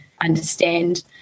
understand